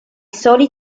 soli